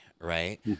right